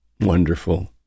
wonderful